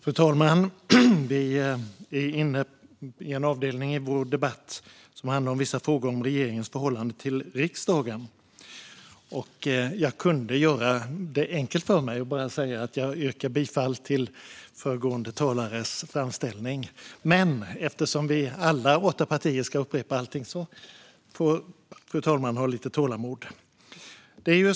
Fru talman! Vi är nu inne i den avdelning av debatten som handlar om vissa frågor om regeringens förhållande till riksdagen. Jag skulle kunna göra det enkelt för mig och bara instämma med föregående talare, men eftersom alla åtta partier ska upprepa allt får fru talmannen ha lite tålamod.